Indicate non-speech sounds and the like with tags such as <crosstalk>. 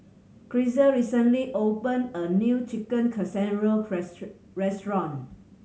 Grisel recently opened a new Chicken Casserole <unintelligible> restaurant